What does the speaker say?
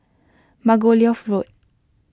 Margoliouth Road